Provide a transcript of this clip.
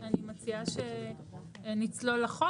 אני אמרתי את זמן ההיערכות בדיוק בשביל זה.